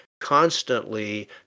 constantly